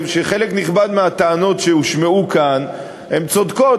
שחלק נכבד מהטענות שהושמעו כאן הן צודקות.